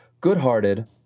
good-hearted